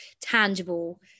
tangible